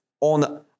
on